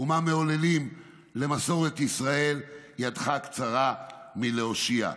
ומה מעוללים למסורת ישראל, ידך קצרה מלהושיע.